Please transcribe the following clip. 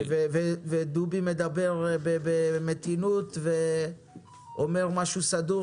דובי מדבר במתינות ובאופן סדור,